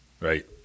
Right